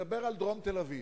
מדבר על דרום תל-אביב,